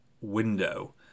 window